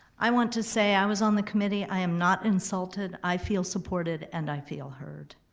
i want to say i was on the committee, i am not insulted, i feel supported and i feel heard.